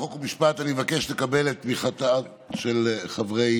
חוק ומשפט אני מבקש לקבל את תמיכתם של חברי